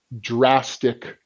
drastic